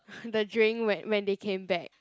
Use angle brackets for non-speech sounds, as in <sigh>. <breath> the drink when when they came back